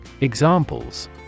Examples